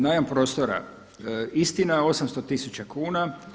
Najam prostora, istina 800000 kuna.